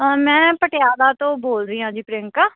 ਹਾਂ ਮੈਂ ਪਟਿਆਲਾ ਤੋਂ ਬੋਲ ਰਹੀ ਹਾਂ ਜੀ ਪ੍ਰਿਅੰਕਾ